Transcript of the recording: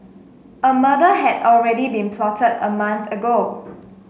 a murder had already been plotted a month ago